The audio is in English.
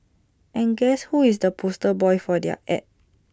and guess who is the poster boy for their Ad